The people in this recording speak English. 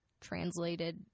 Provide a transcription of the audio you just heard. translated